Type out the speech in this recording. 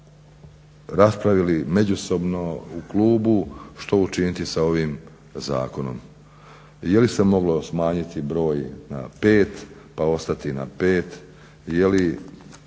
raspravili međusobno u klubu što učiniti sa ovim zakonom. Je li se moglo smanjiti broj na 5 pa ostati na 5, je li